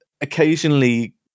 occasionally